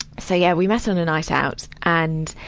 so yeah, we met on a night out. and,